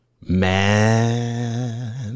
Man